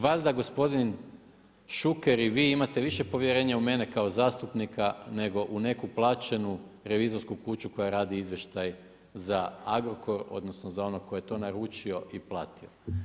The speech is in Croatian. Valjda gospodin Šuker i vi imate više povjerenja u mene kao zastupnika nego u neku plaćenu revizorsku kuću koja radi izvještaj za Agrokor odnosno za onog tko je to naručio i platio.